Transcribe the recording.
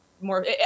more